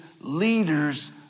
leaders